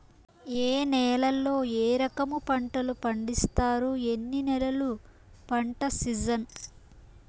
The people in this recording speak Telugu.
ఏ నేలల్లో ఏ రకము పంటలు పండిస్తారు, ఎన్ని నెలలు పంట సిజన్?